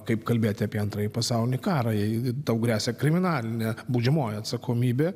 kaip kalbėti apie antrąjį pasaulinį karą ir tau gresia kriminalinė baudžiamoji atsakomybė